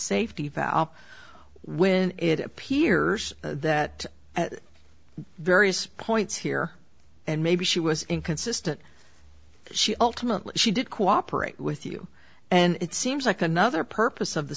valve when it appears that at various points here and maybe she was inconsistent she ultimately she did cooperate with you and it seems like another purpose of the